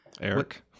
Eric